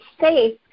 safe